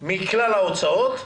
מכלל ההוצאות,